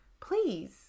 please